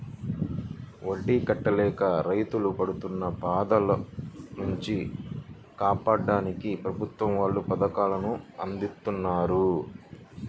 వడ్డీ కట్టలేక రైతులు పడుతున్న బాధల నుంచి కాపాడ్డానికి ప్రభుత్వం వాళ్ళు పథకాలను అందిత్తన్నారు